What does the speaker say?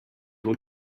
your